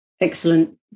Excellent